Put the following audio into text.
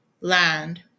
land